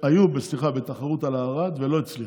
סליחה, היו בתחרות על הארד ולא הצליחו.